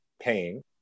paying